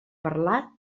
parlat